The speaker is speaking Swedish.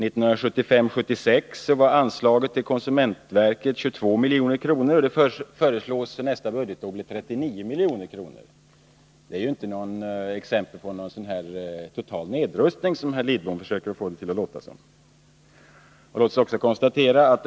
Budgetåret 1975/76 var anslaget till konsumentverket 22 milj.kr., och det föreslås för nästa budgetår bli 38 milj.kr. Det är ju inte exempel på någon total nedrustning, som herr Lidbom försöker få det att framstå som.